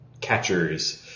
catchers